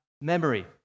memory